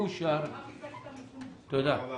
תודה.